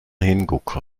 hingucker